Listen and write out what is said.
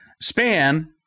Span